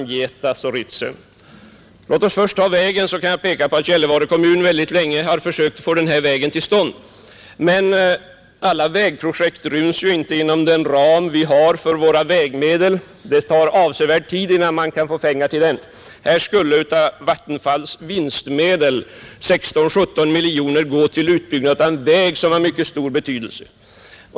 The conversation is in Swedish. För att först ta frågan om vägen vill jag nämna att Gällivare kommun länge har försökt få denna väg till stånd. Men alla vägprojekt ryms ju inte inom den ram vi har för våra vägmedel. Det tar avsevärd tid innan man kan få pengar till detta. Här skulle av Vattenfalls vinstmedel 16—17 miljoner kronor gå till byggandet av en väg av mycket stor betydelse.